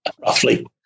Roughly